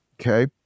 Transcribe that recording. okay